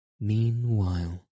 Meanwhile